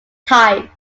type